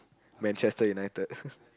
Manchester-United